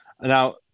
now